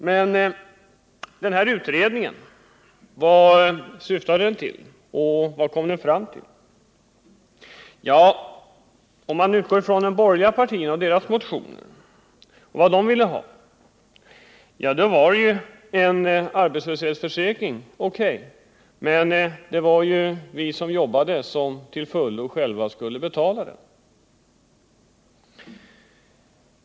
Men vad syftade den utredningen till och vad kom den fram till? Om man utgår från de borgerliga partierna och deras motioner och vad de ville ha, så var en arbetslöshetsförsäkring O.K., men det var vi som jobbade som själva till fullo skulle betala den.